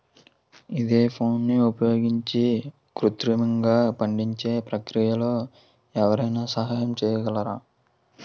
ఈథెఫోన్ని ఉపయోగించి కృత్రిమంగా పండించే ప్రక్రియలో ఎవరైనా సహాయం చేయగలరా?